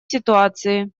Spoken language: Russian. ситуации